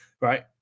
right